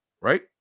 right